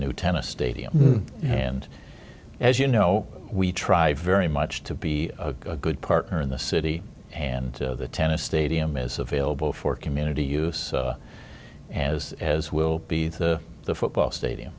new tennis stadium and as you know we try very much to be a good partner in the city and the tennis stadium is available for community use as as will be the football stadium